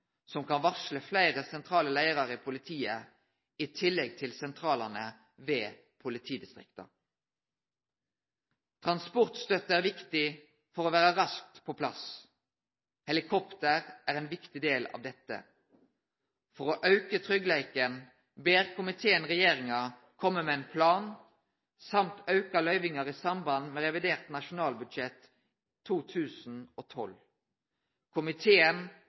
som kan varsle fleire sentrale leiarar i politiet i tillegg til sentralane ved politidistrikta. Transportstøtte er viktig for å vere raskt på plass. Helikopter er ein viktig del av dette. For å auke tryggleiken ber komiteen regjeringa kome med ein plan og auka løyvingar i samband med revidert nasjonalbudsjett 2012. Komiteen